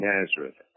Nazareth